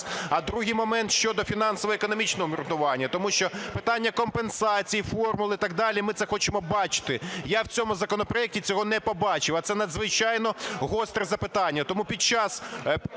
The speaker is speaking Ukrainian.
А, другий момент – щодо фінансово-економічного обґрунтування, тому що питання компенсації, формули і так далі, ми це хочемо бачити. Я в цьому законопроекті цього не побачив, а це надзвичайно гостре запитання.